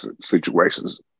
situations